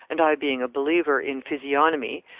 and i being a believer in physiognomy,